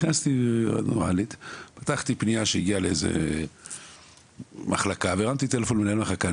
פתחתי פנייה שהגיעה לאיזה מחלקה והרמתי טלפון למנהל המחלקה.